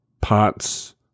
parts